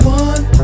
one